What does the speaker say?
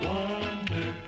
Wonder